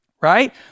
right